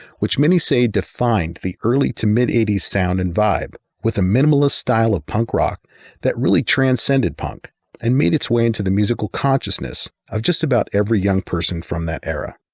which many say defined the early to mid eighty s sound and vibe with a minimalist style of punk rock that really transcended punk and made its way into the musical consciousness of just about every young person from that era.